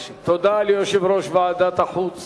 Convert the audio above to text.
תודה ליושב-ראש ועדת החוץ